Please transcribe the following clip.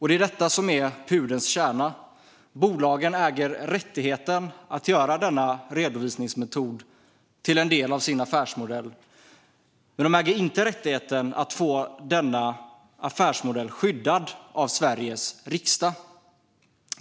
Det är detta som är pudelns kärna: Bolagen äger rättigheten att göra denna redovisningsmetod till en del av sin affärsmodell, men de äger inte rättigheten att få denna affärsmodell skyddad av Sveriges riksdag.